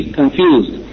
confused